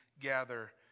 gather